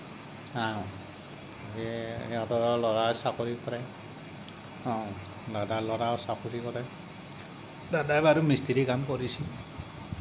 সিহঁতৰো ল'ৰাই চাকৰি কৰে দাদাৰ ল'ৰাও চাকৰি কৰে দাদাই বাৰু মিস্ত্ৰি কাম কৰিছিল